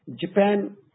Japan